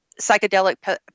psychedelic